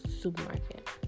supermarket